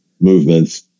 movements